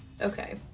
Okay